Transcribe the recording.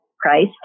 Christ